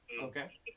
Okay